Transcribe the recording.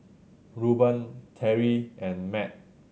Rueben Teri and Mat